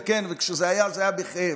וכן, כשזה היה, זה היה בכאב.